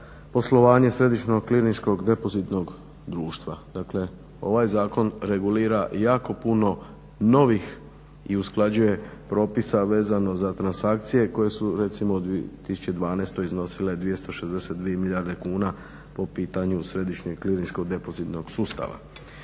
poslovanje središnjeg kliničkog depozitnog društva. Dakle ovaj zakon regulira jako puno novih i usklađuje propisa vezano za transakcije koje su recimo u 2012. iznosile 262 milijarde kuna po pitanju središnjeg kliničkog depozitnog sustava.